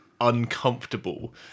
uncomfortable